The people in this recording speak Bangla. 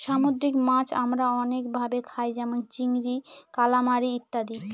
সামুদ্রিক মাছ আমরা অনেক ভাবে খায় যেমন চিংড়ি, কালামারী ইত্যাদি